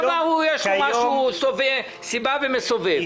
כל דבר, יש בו סיבה ומסובב.